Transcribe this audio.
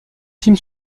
films